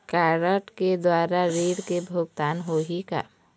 Card के द्वारा ऋण के भुगतान होही का?